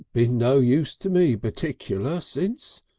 been no use to me particular since,